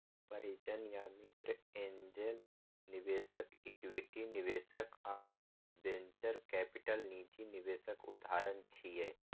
परिजन या मित्र, एंजेल निवेशक, इक्विटी निवेशक आ वेंचर कैपिटल निजी निवेशक उदाहरण छियै